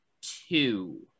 two